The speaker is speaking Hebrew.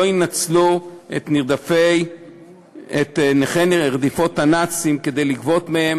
לא ינצלו את נכי רדיפות הנאצים כדי לגבות מהם